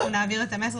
נעביר את המסר,